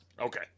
Okay